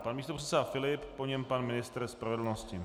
Pan místopředseda Filip, po něm pan ministr spravedlnosti.